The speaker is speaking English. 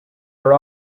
are